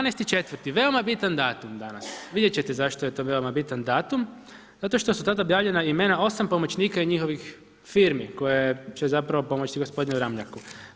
12.4. veoma bitan datum danas, vidjet ćete zašto je to veoma bitan datum, zato što su tada objavljena imena osam pomoćnika i njihovih firmi koje će pomoći gospodinu Ramljaku.